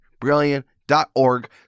Brilliant.org